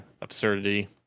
absurdity